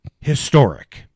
historic